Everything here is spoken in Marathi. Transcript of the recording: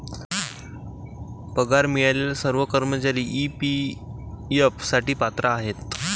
पगार मिळालेले सर्व कर्मचारी ई.पी.एफ साठी पात्र आहेत